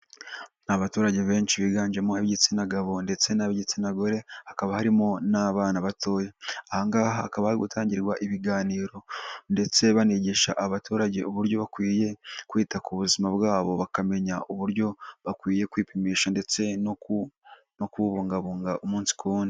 Abaturage benshi biganjemo ab'igitsina gabo ndetse nab'igitsina gore. Hakaba harimo n'abana batoya. Aha ngaha hakaba hari gutangirwa ibiganiro ndetse banigisha abaturage uburyo bakwiye kwita ku buzima bwabo, bakamenya uburyo bakwiye kwipimisha ndetse no kububungabunga umunsi ku wundi.